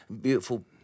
Beautiful